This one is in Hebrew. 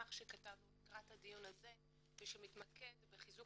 המסמך שכתבנו לקראת הדיון הזה שמתמקד בחיזוק